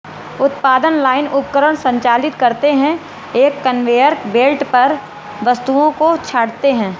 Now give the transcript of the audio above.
उत्पादन लाइन उपकरण संचालित करते हैं, एक कन्वेयर बेल्ट पर वस्तुओं को छांटते हैं